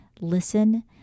listen